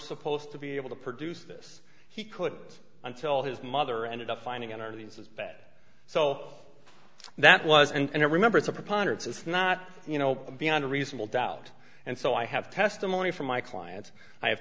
supposed to be able to produce this he could until his mother ended up finding out are these as bad so that was and remember it's a preponderance it's not you know beyond a reasonable doubt and so i have testimony from my clients i have